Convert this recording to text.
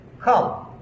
Come